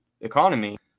economy